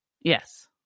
Yes